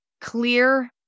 clear